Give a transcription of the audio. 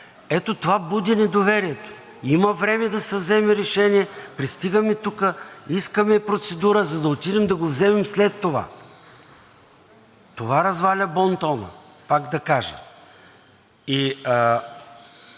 Ето това буди недоверието. Има време да се вземе решение, пристигаме тук, искаме процедура, за да отидем да го вземем след това. Това разваля бонтона, пак да кажа.